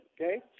Okay